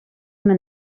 una